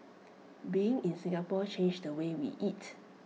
being in Singapore changed the way we eat